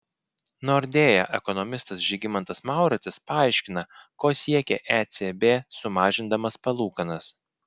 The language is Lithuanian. nordea ekonomistas žygimantas mauricas paaiškina ko siekė ecb sumažindamas palūkanas